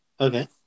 Okay